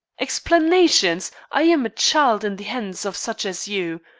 explanations! i am a child in the hands of such as you.